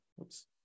Oops